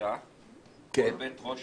--- ראש